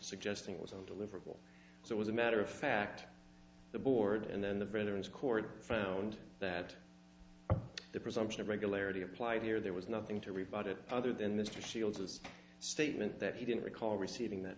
suggesting it was on deliverable so it was a matter of fact the board and then the veterans court found that the presumption of regularity applied here there was nothing to rebut it other than mr shields his statement that he didn't recall receiving that